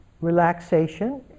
relaxation